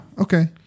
Okay